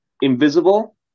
invisible